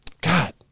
God